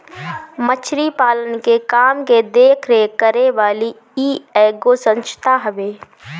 मछरी पालन के काम के देख रेख करे वाली इ एगो संस्था हवे